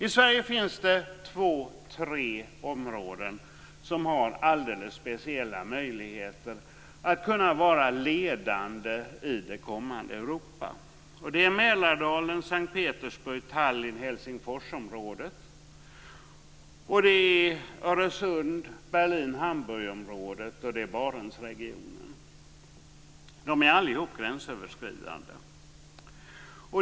I Sverige finns det två tre områden som har alldeles speciella möjligheter att vara ledande i det kommande Europa. Det är Mälardalen-Sankt Petersburg Tallinn-Helsingforsområdet, det är Öresund-Berlin Hamburgområdet och det är Barentsregionen. De är allihop gränsöverskridande.